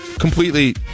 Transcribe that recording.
Completely